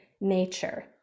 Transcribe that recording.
nature